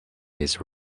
his